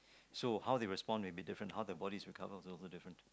so how they respond will be different how the bodies recover is also different